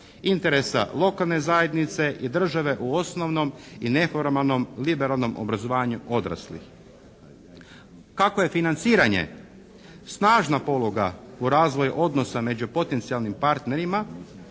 interesa lokalne zajednice i države u osnovnom i neformalnom liberalnom obrazovanju odraslih. Kako je financiranje snažna poluga u razvoju odnosa među potencijalnim partnerima